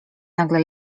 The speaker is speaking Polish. nagle